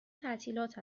تعطیلات